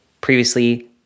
previously